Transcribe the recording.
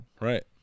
Right